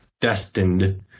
destined